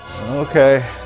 Okay